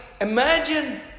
imagine